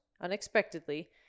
unexpectedly